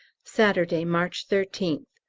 saturday, march thirteenth.